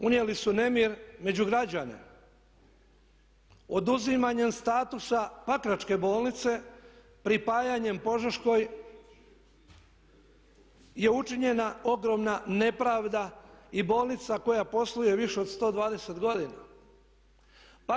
Unijeli su nemir među građane, oduzimanjem statusa Pakračke bolnice, pripajanjem Požeškoj je učinjena ogromna nepravda i bolnica koja posluje više od 120 godina.